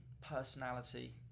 personality